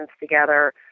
together